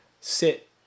sit